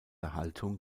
haltung